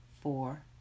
four